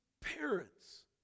parents